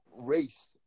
race